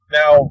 now